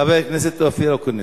חבר הכנסת אופיר אקוניס.